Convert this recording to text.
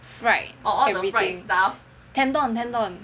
fried or everything Tendon Tendon